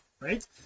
right